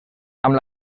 amb